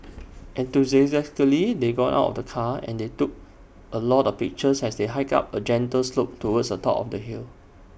enthusiastically they got out of the car and they took A lot of pictures as they hiked up A gentle slope towards the top of the hill